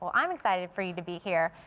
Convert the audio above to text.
but i'm excited for you to be here.